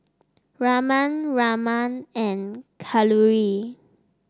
Raman Raman and Kalluri